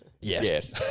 Yes